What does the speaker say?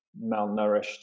malnourished